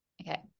Okay